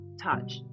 touch